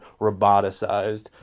roboticized